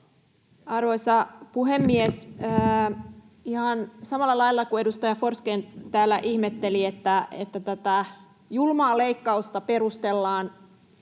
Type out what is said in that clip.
Arvoisa puhemies! Ihan samalla lailla kuin edustaja Forsgrén täällä ihmetteli, että tätä julmaa leikkausta perustellaan